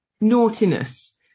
naughtiness